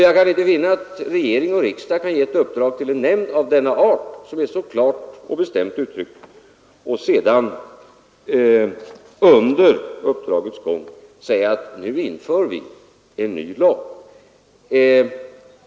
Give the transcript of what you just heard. Jag kan inte finna att regering och riksdag kan ge ett uppdrag till en nämnd som är så klart och bestämt uttryckt och sedan under uppdragets gång säga att vi nu skall införa en ny lag.